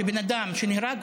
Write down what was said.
שבן אדם שנהרג,